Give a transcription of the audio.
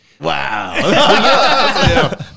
Wow